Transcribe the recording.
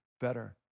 better